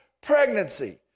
pregnancy